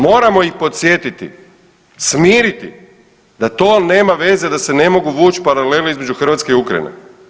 Moramo ih podsjetiti, smiriti da to nema veze da se ne mogu vuć paralele između Hrvatske i Ukrajine.